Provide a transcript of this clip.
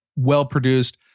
well-produced